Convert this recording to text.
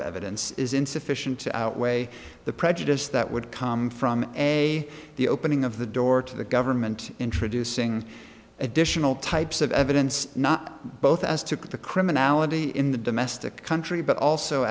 of evidence is insufficient to outweigh the prejudice that would come from a the opening of the door to the government introducing additional types of evidence not both as took the criminality in the domestic country but also